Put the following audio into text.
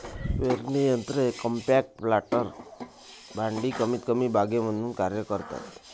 पेरणी यंत्र हे कॉम्पॅक्ट प्लांटर भांडी कमीतकमी बागे म्हणून कार्य करतात